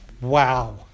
Wow